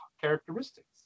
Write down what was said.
characteristics